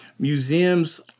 Museums